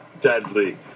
Deadly